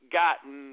gotten